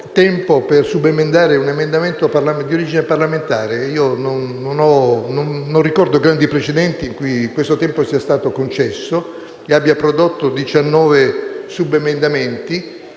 tempo per subemendare un testo di origine parlamentare, dico che non ricordo grandi precedenti in cui questo tempo sia stato concesso e abbia prodotto 17 subemendamenti.